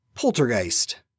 Poltergeist